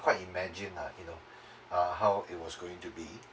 quite imagine ah you know uh how it was going to be